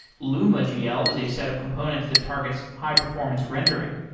luma gl is a set of components that targets high performance rendering.